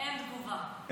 אין תגובה.